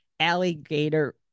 Alligator